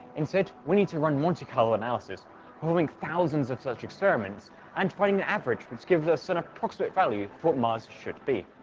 instead we need to run monte carlo analysis performing thousands of such experiments and finding an average which gives us an approximate value for what mars should be.